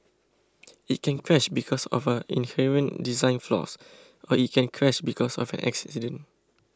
it can crash because of inherent design flaws or it can crash because of an accident